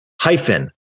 hyphen